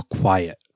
quiet